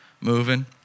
moving